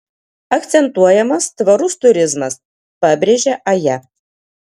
akcentuojamas tvarus turizmas pabrėžia aja